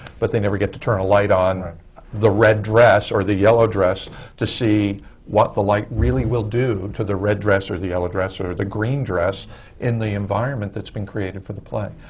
but they never get to turn a light on the red dress or the yellow dress to see what the light really will do to the red dress or the yellow dress or the green dress in the environment that's been created for the play.